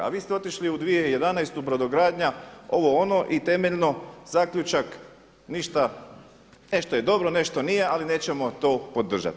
A vi ste otišli u 2011. brodogradnja, ovo ono i temeljno zaključak ništa, nešto je dobro, nešto nije ali nećemo to podržati.